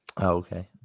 Okay